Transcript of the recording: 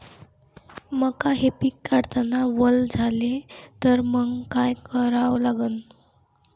मका हे पिक काढतांना वल झाले तर मंग काय करावं लागन?